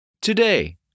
Today